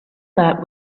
that